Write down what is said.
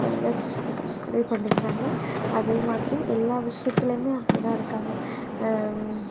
அதை நினச்சு தற்கொலை பண்ணிக்கிறாங்க அதேமாதிரி எல்லா விஷயத்துலையுமே அப்படித்தான் இருக்காங்க